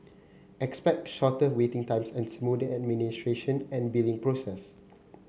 expect shorter waiting times and a smoother administration and billing process